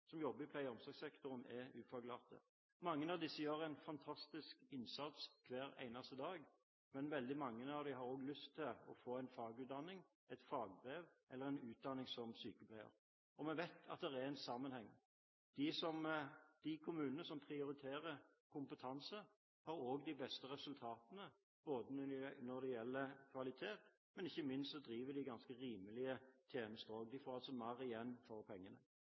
som jobber i pleie- og omsorgssektoren, er ufaglærte. Mange av disse gjør en fantastisk innsats hver eneste dag. Mange har også lyst til å få en fagutdanning, et fagbrev, eller en utdanning som sykepleier. Og vi vet at det er en sammenheng. De kommunene som prioriterer kompetanse, har også de beste resultatene når det gjelder kvalitet, men ikke minst driver de ganske rimelige tjenester. De får altså mer igjen for pengene.